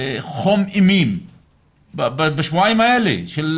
חום אימים בשבועיים האלה של